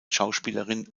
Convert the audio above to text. schauspielerin